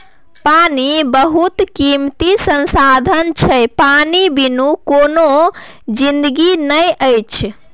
पानि बहुत कीमती संसाधन छै पानि बिनु कोनो जिनगी नहि अछि